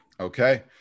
Okay